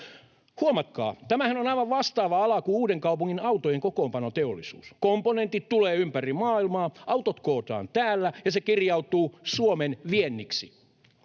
Huomatkaa: tämähän on aivan vastaava ala kuin Uudenkaupungin autojen kokoonpanoteollisuus. Komponentit tulevat ympäri maailmaa, autot kootaan täällä ja se kirjautuu Suomen vienniksi.